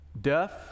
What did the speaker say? Death